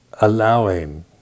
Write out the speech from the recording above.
allowing